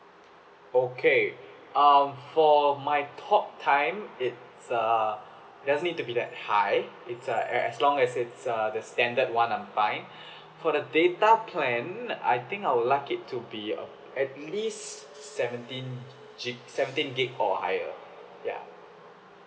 okay uh for my talk time it's err it doesn't need to be that high it's uh as as long as it's uh the standard one I'm buying for the data plan I think I will like it to be uh at least seventeen gig seventeen gig or higher ya